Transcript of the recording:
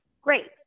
Great